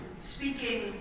speaking